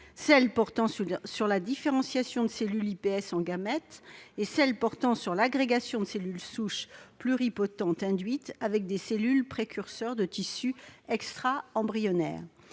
celles qui portent sur la différenciation de cellules iPS en gamètes et celles qui concernent l'agrégation de cellules souches pluripotentes induites avec des cellules précurseurs de tissus extra-embryonnaires.